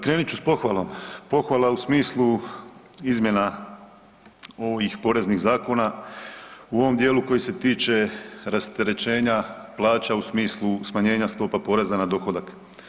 Krenut ću s pohvalom, pohvala u smislu izmjena ovih poreznih zakona u ovom dijelu koji se tiče rasterećenja plaća u smislu smanjenja stopa poreza na dohodak.